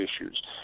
issues